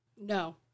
No